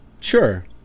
sure